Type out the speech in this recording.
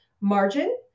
margin